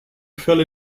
fell